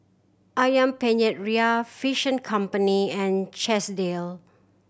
Ayam Penyet Ria Fish and Company and Chesdale